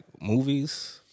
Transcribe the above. movies